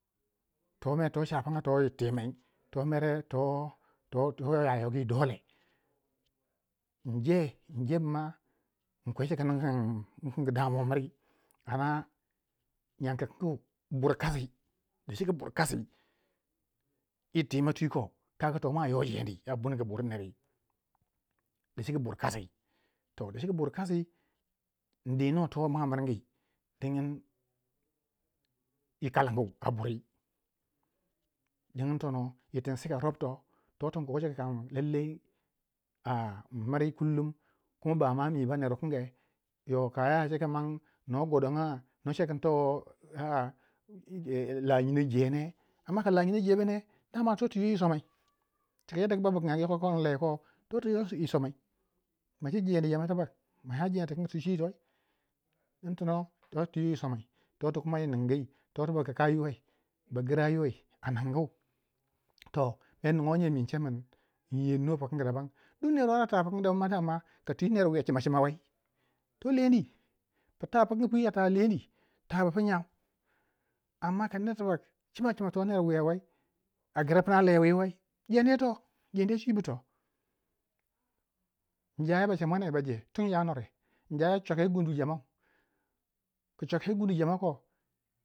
to mer chapanga to yir timai to mere to ya yogi dole inje injebu ma inking damuwa mri amma nyan kinkangu bur kasi, dacike bur kasi yir time twi ko kaga to mwa ywa jendi a miringi bur nerii dacike bur kasi toh dacike bur kasi indino to mwa a miringi dingin yi kalangu a burii dingin tono yir tin seka rob toh to tin kogu kam lallai in miri kullum, kuma bama mi ba ner wu king yo kaya cika mang no gwadanga no cekin towo a a la nyinou je ne amma ka la nyinou jebu ne dama toti yo i soma cika ku yadda ku bukange yoko ko inleko toti yo yi somai maje jendii jama tibak maya jendii tikang ti chwi toi don tono toti yo yi somau toti kuma yiningii toti ba kaka yiwai bagra yirwa a ningu to mer ningo nye mi incemin inyerno pikangu dabang duk ner wu ara ta pikangu ma katwi ner wuya cimacima wai to leni, pta pikingpwi lendi tabu pi nyau amma ka ner tibak cimacima to ner wuya wei a gra pna lei wii wei jendi ye tohh jendi yei chwibu toh injawyo ba cha mwane baje tun ya nure, injayo chwaka yi gundu jamau, ku chwaka yi gundu jama ko